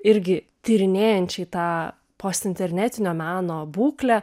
irgi tyrinėjančiai tą post internetinio meno būklę